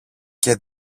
και